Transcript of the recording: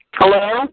Hello